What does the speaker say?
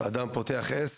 אלא ברגע בו אדם פותח עסק,